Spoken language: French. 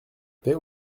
paix